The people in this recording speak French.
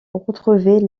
retrouver